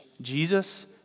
Jesus